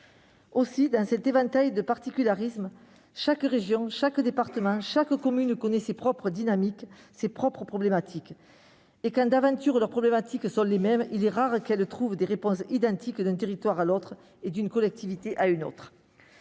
Face à cet éventail de particularismes, chaque région, chaque département, chaque commune connaît ses propres dynamiques, ses propres problématiques et quand, d'aventure, leurs problématiques sont les mêmes, il est rare qu'elles trouvent des réponses identiques d'un territoire à l'autre, d'une collectivité à l'autre.